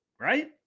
Right